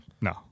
No